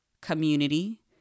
community